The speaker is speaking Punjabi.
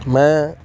ਮੈਂ